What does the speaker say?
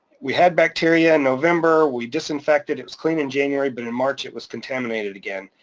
we had bacteria in november, we disinfected, it was clean in january, but in march it was contaminated again.